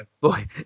boy